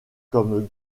comme